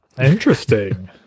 interesting